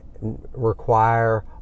require